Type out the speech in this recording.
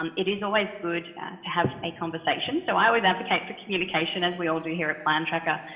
um it is always good to have a conversation. so i always advocate for communication as we all do here a plan tracker,